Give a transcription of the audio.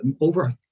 over